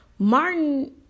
martin